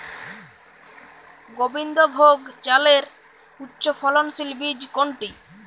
গোবিন্দভোগ চালের উচ্চফলনশীল বীজ কোনটি?